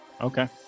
Okay